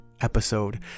episode